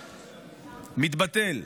מתבטל.